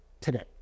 today